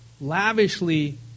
lavishly